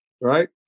right